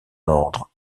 ordre